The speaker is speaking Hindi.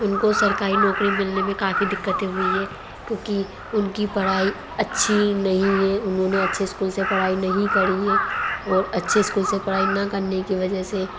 उनको सरकारी नौकरी मिलने मे काफ़ी दिक्कते हुई है क्योंकि उनकी पढ़ाई अच्छी नहीं है उन्होंने अच्छे इस्कूल से पढ़ाई नहीं करी है और अच्छे इस्कूल से पढ़ाई ना करने की वजह से